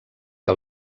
que